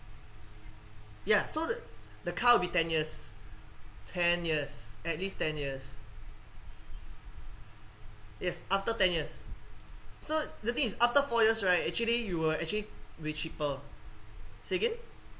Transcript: ya so the the car will be ten years ten years at least ten years yes after ten years so the thing is after four years right actually you will actually way cheaper say again